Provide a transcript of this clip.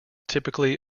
typically